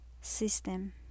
system